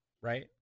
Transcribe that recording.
right